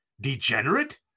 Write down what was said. Degenerate